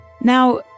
Now